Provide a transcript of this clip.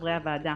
חברי הוועדה,